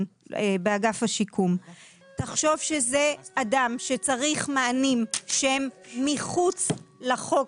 באגף השיקום תחשוב שזה אדם שצריך מענים שהם מחוץ לחוק,